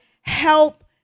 help